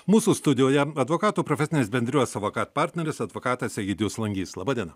mūsų studijoje advokatų profesinės bendrijos avakat partneris advokatas egidijus langys laba diena